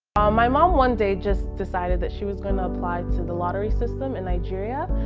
my mom one day just decided that she was gonna apply to the lottery system in nigeria.